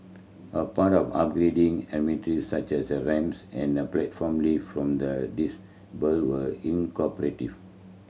a part of upgrading amenities such as ramps and a platform lift from the disabled were